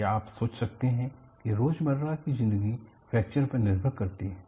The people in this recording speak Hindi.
क्या आप सोच सकते हैं कि रोजमर्रा की जिंदगी फ्रैक्चर पर निर्भर करती है